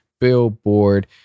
Billboard